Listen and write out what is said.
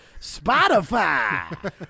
Spotify